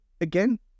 again